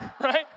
right